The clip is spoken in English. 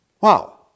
wow